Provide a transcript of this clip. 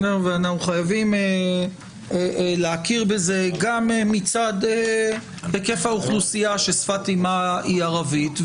ואנחנו חייבים להכיר בזה גם מצד היקף האוכלוסייה ששפת אמה היא ערבית,